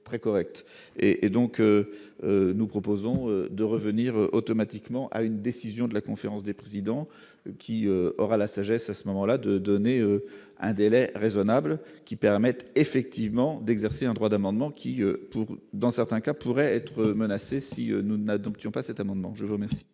très correct et et donc nous proposons de revenir automatiquement à une décision de la conférence des présidents, qui aura la sagesse à ce moment-là, de donner un délai raisonnable qui permette effectivement d'exercer un droit d'amendement qui dans certains cas, pourrait être menacée si nous n'adoptions pas cet amendement, je vous remercie.